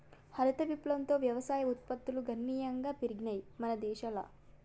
హరిత విప్లవంతో వ్యవసాయ ఉత్పత్తులు గణనీయంగా పెరిగినయ్ మన దేశంల